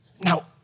Now